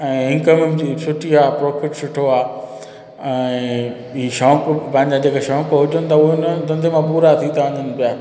ऐं इनकम बि जी सुठी आहे प्रोफिट सुठो आहे ऐं ई शौक़ु पंहिंजा जेके शौक़ु हुजनि त उन्हनि धंधे में पूरा थी था वञनि पिया